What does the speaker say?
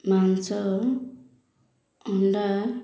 ମାଂସ ଅଣ୍ଡା